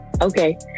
Okay